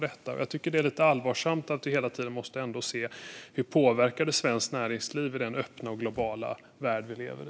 Det är lite allvarligt, och vi måste hela tiden se hur detta påverkar svenskt näringsliv i den öppna och globala värld vi lever i.